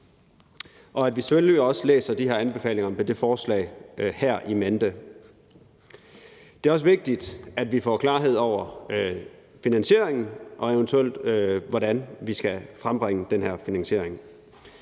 og at vi selvfølgelig også læser de her anbefalinger med det her forslag i mente. Det er også vigtigt, at vi får klarhed over finansieringen og eventuelt, hvordan vi skal frembringe den her finansiering.